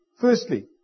Firstly